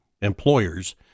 employers